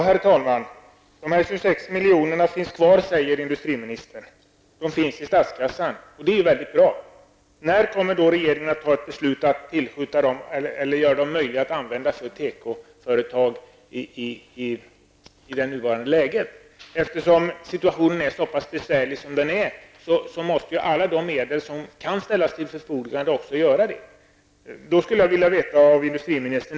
Herr talman! De 26 miljonerna finns kvar, säger industriministern -- de finns i statskassan. Det är väldigt bra! När kommer då regeringen att fatta ett beslut som gör det möjligt att i det nuvarande läget använda dessa pengar för tekoföretagen? Eftersom situaitonen är så besvärlig som den är måste alla medel som kan ställas till förfogande utnyttjas.